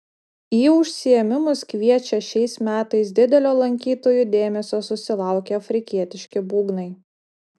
į užsiėmimus kviečia šiais metais didelio lankytojų dėmesio susilaukę afrikietiški būgnai